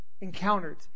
encountered